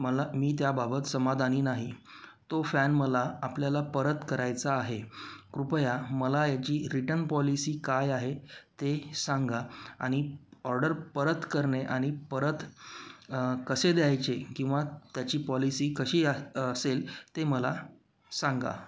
मला मी त्याबाबत समाधानी नाही तो फॅन मला आपल्याला परत करायचा आहे कृपया मला याची रिटन पॉलिसी काय आहे ते सांगा आणि ऑर्डर परत करणे आणि परत कसे द्यायचे किंवा त्याची पॉलिसी कशी आह असेल ते मला सांगा